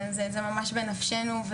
זה ממש בנפשנו.